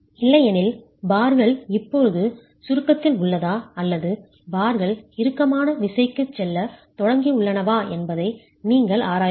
இல்லையெனில் பார்கள் இப்போது சுருக்கத்தில் உள்ளதா அல்லது பார்கள் இறுக்கமான விசைக்கு செல்லத் தொடங்கியுள்ளனவா என்பதை நீங்கள் ஆராய வேண்டும்